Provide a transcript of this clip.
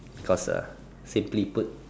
cause uh simply put